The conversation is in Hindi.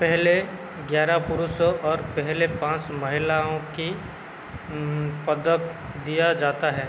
पहले ग्यारह पुरुषों और पहले पाँच महिलाओं कि पदक दिया जाता हैं